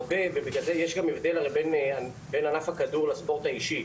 הרבה, יש גם הבדל בין ענף הכדור לספורט האישי.